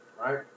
right